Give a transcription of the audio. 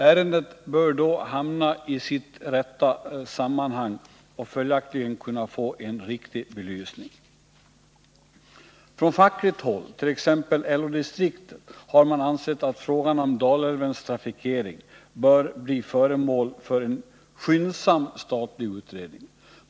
Ärendet bör då hamna i sitt rätta sammanhang och följaktligen kunna få en riktig belysning. Från fackligt håll, t.ex. från LO-distriktet, har man ansett att frågan om Dalälvens trafikering bör bli föremål för en skyndsam statlig utredning.